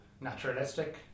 naturalistic